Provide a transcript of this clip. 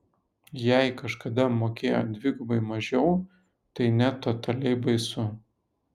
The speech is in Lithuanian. jei kažkada mokėjo dvigubai mažiau tai net totaliai baisu